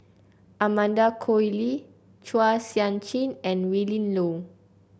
Amanda Koe Lee Chua Sian Chin and Willin Low